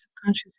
subconscious